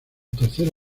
tercer